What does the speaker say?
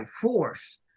force